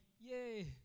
Yay